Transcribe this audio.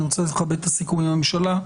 אני רוצה לכבד את הסיכום עם הממשלה.